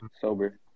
sober